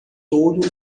todo